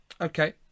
Okay